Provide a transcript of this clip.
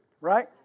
right